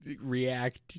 react